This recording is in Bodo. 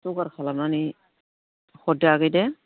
जगार खालायनानै हरदो आगै दे